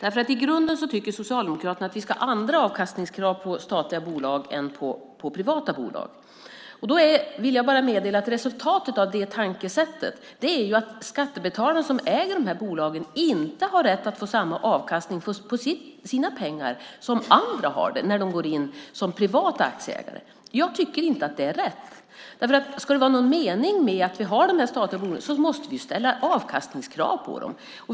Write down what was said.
I grunden tycker ju Socialdemokraterna att vi ska ha andra avkastningskrav på statliga bolag än på privata bolag. Då vill jag bara meddela att resultatet av det tankesättet blir att skattebetalarna som äger dessa bolag inte har rätt att få samma avkastning på sina pengar som privata aktieägare har när de går in. Jag tycker inte att det är rätt, för ska det vara någon mening med att ha statliga bolag måste vi ställa avkastningskrav på dem.